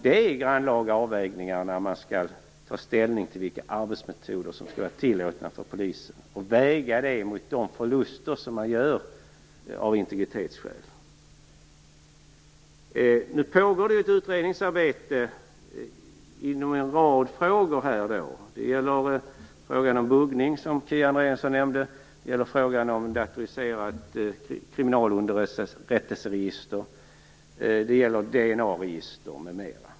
Det är grannlaga avvägningar när man skall ta ställning till vilka arbetsmetoder som skall vara tillåtna för polisen och väga dem mot de förluster som man gör av integriteten. Nu pågår det ett utredningsarbete inom en rad frågor. Det gäller frågan om buggning, som Kia Andreasson nämnde, det gäller frågan om ett datoriserat kriminalunderrättelseregister, DNA-register m.m.